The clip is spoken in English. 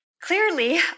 Clearly